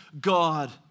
God